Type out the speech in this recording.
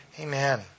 Amen